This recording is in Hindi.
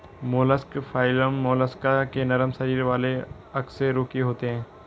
मोलस्क फाइलम मोलस्का के नरम शरीर वाले अकशेरुकी होते हैं